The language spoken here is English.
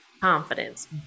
Confidence